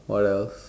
what else